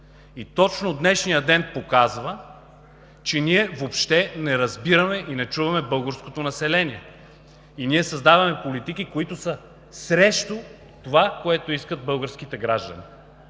точно днешният ден показва, че ние въобще не разбираме и не чуваме българското население. Ние създаваме политики, които са срещу това, което искат българските граждани,